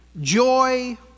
Joy